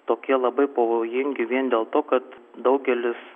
tokie labai pavojingi vien dėl to kad daugelis